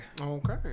Okay